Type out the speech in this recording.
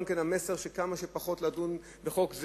גם המסר שכמה שפחות לדון בחוק,